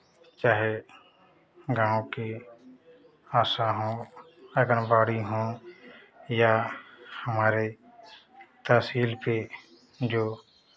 चाहे गाँव की आशा हो आंगनबाड़ी हो या हमारे तहसील पे जो